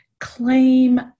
claim